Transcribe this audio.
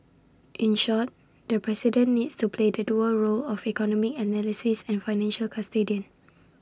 in short the president needs to play the dual roles of economic analyst and financial custodian